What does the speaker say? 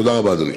תודה רבה, אדוני.